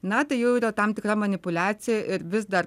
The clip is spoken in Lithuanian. na tai jau yra tam tikra manipuliacija ir vis dar